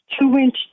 two-inch